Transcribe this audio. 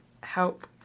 help